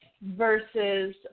versus